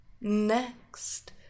Next